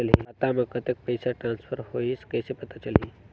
खाता म कतेक पइसा ट्रांसफर होईस कइसे पता चलही?